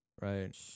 right